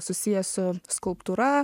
susiję su skulptūra